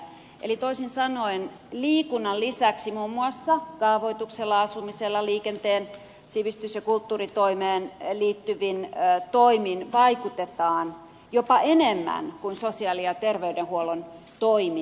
eli toisin sanoen liikunnan lisäksi muun muassa kaavoituksella asumisella liikenteeseen sivistys ja kulttuuritoimeen liittyvin toimin vaikutetaan jopa enemmän kuin sosiaali ja terveydenhuollon toimin